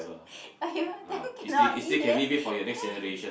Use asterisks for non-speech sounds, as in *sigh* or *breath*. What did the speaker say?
*breath* !aiyo! then cannot eat eh they